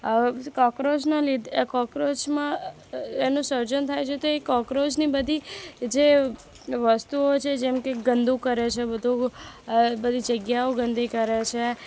અ કોક્રોચનાં લીધે કોક્રોચમાં એનું સર્જન થાય છે તો એ કોક્રોચની બધી જે વસ્તુઓ છે જેમ કે ગંદુ કરે છે બધું બધી જગ્યાઓ ગંદી કરે છે